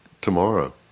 tomorrow